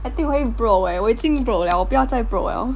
I think 我会 broke eh 我已经 broke liao 我不要再 broke liao